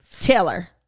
Taylor